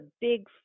big